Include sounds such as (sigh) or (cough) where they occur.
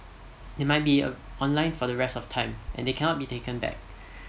they might be uh online for the rest of time and they cannot be taken back (breath)